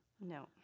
No